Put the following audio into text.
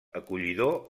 acollidor